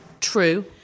True